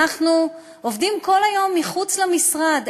אנחנו עובדים כל היום מחוץ למשרד,